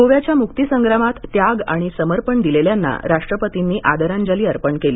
गोव्याच्या मुक्तिसंग्रामात त्याग आणि समर्पण दिलेल्यांना राष्ट्रपतींनी आदरांजली अर्पण केली